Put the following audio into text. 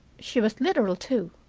she was literal, too.